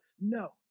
no